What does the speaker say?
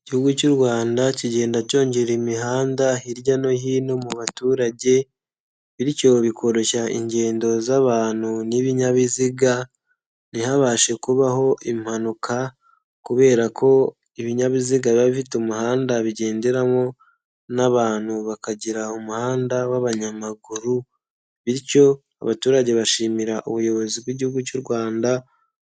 Igihugu cy'u Rwanda kigenda cyongera imihanda hirya no hino mu baturage bityo bikoroshya ingendo z'abantu n'ibinyabiziga, ntihabashe kubaho impanuka kubera ko ibinyabiziga biba bifite umuhanda bigenderamo n'abantu bakagira umuhanda w'abanyamaguru bityo abaturage bashimira ubuyobozi bw'Igihugu cy'u Rwanda